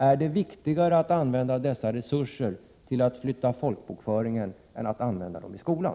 Är det viktigare att använda dessa resurser för att flytta folkbokföringen än att använda dem i skolan?